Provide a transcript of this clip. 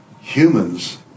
humans